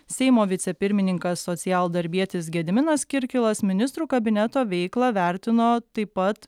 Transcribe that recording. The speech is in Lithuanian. seimo vicepirmininkas socialdarbietis gediminas kirkilas ministrų kabineto veiklą vertino taip pat